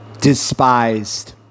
despised